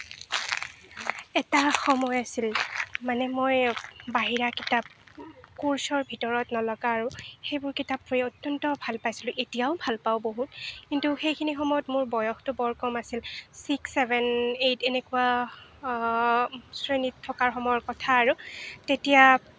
এটা সময় আছিল মানে মই বাহিৰা কিতাপ কৰ্ছৰ ভিতৰত নলগা আৰু সেইবোৰ কিতাপ পঢ়ি অত্যন্ত ভাল পাইছিলোঁ এতিয়াও ভাল পাওঁ বহুত কিন্তু সেইখিনি সময়ত মোৰ বয়সটো বৰ কম আছিল ছিক্স ছেভেন এইট এনেকুৱা শ্ৰেণীত থকাৰ সময়ৰ কথা আৰু তেতিয়া